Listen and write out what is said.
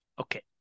Okay